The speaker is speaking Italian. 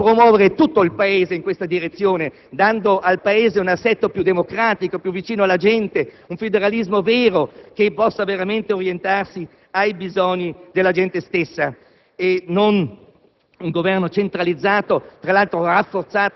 se possiamo, di mettere a disposizione le nostre esperienze, di promuovere tutto il Paese in questa direzione, dandogli un assetto molto più democratico, più vicino alla gente, con un federalismo vero che possa orientarsi ai bisogni della gente stessa e non